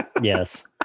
yes